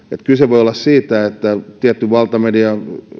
kyse voi olla siitä että tietty valtamedia